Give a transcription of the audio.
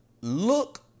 look